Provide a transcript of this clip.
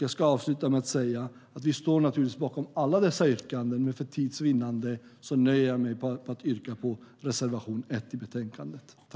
Jag ska avsluta med att säga att vi naturligtvis står bakom alla dessa yrkanden, men för tids vinnande nöjer jag mig med att yrka bifall till reservation 1 i betänkandet.